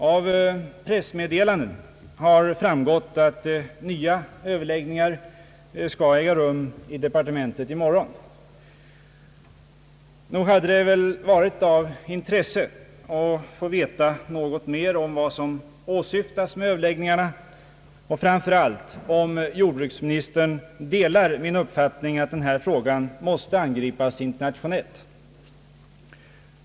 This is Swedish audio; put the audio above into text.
Av pressmeddelanden har framgått att nya överläggningar i morgon skall äga rum i departementet. Nog hade det varit av intresse att få veta något mer om vad som åsyftas med överläggningarna, och framför allt om jordbruksministern delar min uppfattning att frågan måste angripas internationellt.